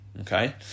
Okay